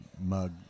mug